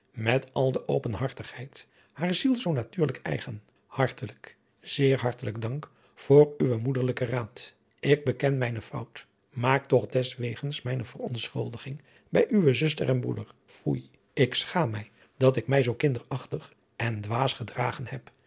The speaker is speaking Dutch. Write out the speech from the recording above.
met al de openhartigheid hare ziel zoo natuurlijk eigen hartelijk zeer hartelijk dank voor uwen moederlijken raad ik beken mijne fout maak toch adriaan loosjes pzn het leven van hillegonda buisman deswegens mijne verontschuldiging bij uwe zuster en broeder foei ik schaam mij dat ik mij zoo kinderachtig en dwaas gedragen heb